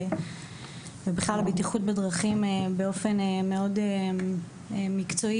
ובכלל הבטיחות בדרכים באופן מאוד מקצועי